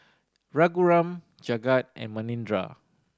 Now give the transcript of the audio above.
Raghuram Jagat and Manindra